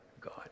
God